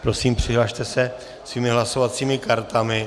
Prosím, přihlaste se svými hlasovacími kartami.